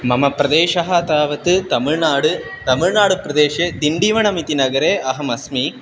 मम प्रदेशः तावत् तमिळ्नाडु तमिळ्नाडुप्रदेशे तिण्डीवनमिति नगरे अहमस्मि